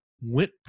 went